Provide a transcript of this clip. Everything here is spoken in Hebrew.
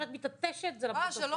לכמה